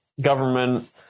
government